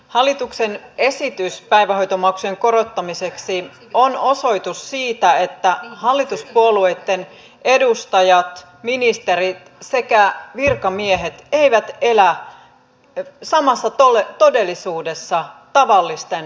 hallituksen esitys päivähoitomaksujen korottamiseksi on osoitus siitä että hallituspuolueitten edustajat ministerit sekä virkamiehet eivät elä samassa todellisuudessa tavallisten lapsiperheiden kanssa